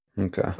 Okay